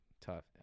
tough